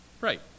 right